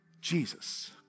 Jesus